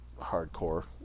hardcore